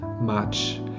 match